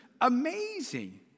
amazing